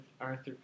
Arthur